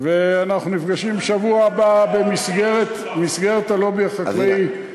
אנחנו נפגשים בשבוע הבא במסגרת הלובי החקלאי,